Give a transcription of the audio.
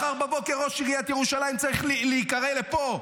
מחר בבוקר ראש עיריית ירושלים צריך להיקרא לפה.